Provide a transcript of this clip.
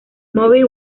movie